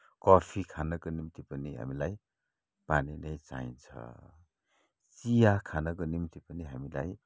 coffee खानको निम्ति पनि हामीलाई पानी नै चाहिन्छ चिया खानको निम्ति पनि हामीलाई